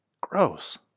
Gross